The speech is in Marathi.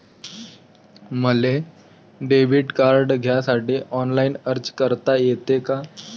मले डेबिट कार्ड घ्यासाठी ऑनलाईन अर्ज करता येते का?